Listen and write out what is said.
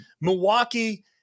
Milwaukee